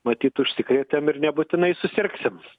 matyt užsikrėtėm ir nebūtinai susirgsim